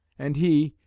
and he,